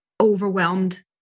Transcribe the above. overwhelmed